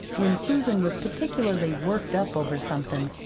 when susan was particularly worked up over something,